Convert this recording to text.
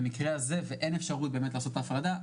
במקרה זה אין אפשרות באמת לעשות את ההפרדה,